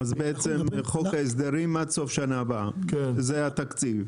אז בעצם חוק ההסדרים עד סוף שנה הבאה זה התקציב.